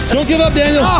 don't give up daniel,